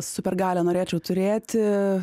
supergalią norėčiau turėti